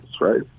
right